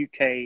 uk